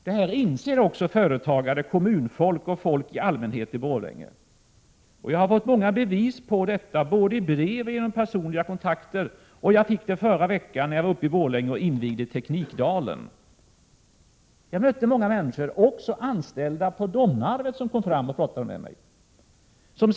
Detta inser också företagare, kommunfolk och folk i allmänhet i Borlänge. Jag har fått många bevis på det, både i brev och vid personliga kontakter. Förra veckan var jag uppe i Borlänge och invigde Teknikdalen. Jag mötte då många människor — även anställda på Domnarvet — som kom fram och talade med mig.